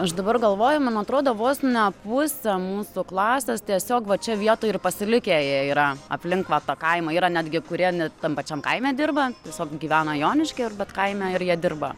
aš dabar galvoju man atrodo vos ne pusė mūsų klasės tiesiog va čia vietoj ir pasilikę jie yra aplink va tą kaimą yra netgi kurie net tam pačiam kaime dirba tiesiog gyvena jonišky ir bet kaime ir jie dirba